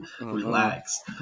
Relax